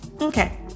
Okay